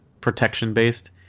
protection-based